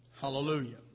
Hallelujah